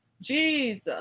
Jesus